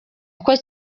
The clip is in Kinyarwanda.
uko